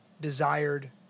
desired